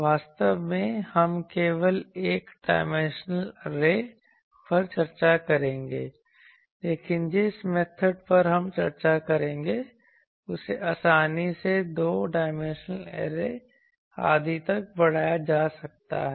वास्तव में हम केवल एक डायमेंशनल ऐरे पर चर्चा करेंगे लेकिन जिस मेथड पर हम चर्चा करेंगे उसे आसानी से दो डायमेंशनल ऐरे आदि तक बढ़ाया जा सकता है